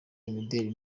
imideli